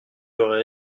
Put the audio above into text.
aurais